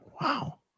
Wow